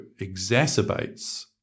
exacerbates